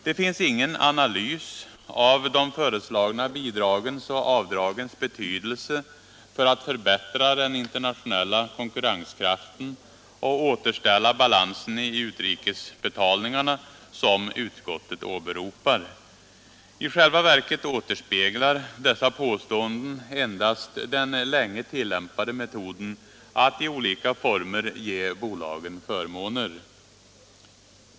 Det finns ingen analys av de föreslagna bidragen och avdragens betydelse för att förbättra den internationella konkurrenskraften och återställa balansen i utrikesbetalningarna. Utskottet påstår emellertid att förslagen skulle innebära sådana förbättringar. I själva verket återspeglar dess påståenden endast den länge tillämpade metoden att i olika former ge bolagen förmåner.